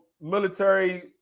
military